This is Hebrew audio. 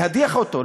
להדיח אותו,